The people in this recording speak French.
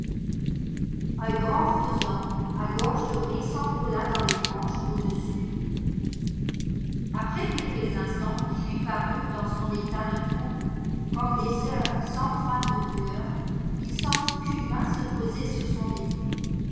un grand faisan à gorge dorée s'envola dans les branches au-dessus d'eux après quelques instants qui lui parurent dans son état de trouble comme des heures sans fin de douleur il sentit qu'une main se posait sur son épaule